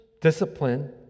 discipline